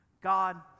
God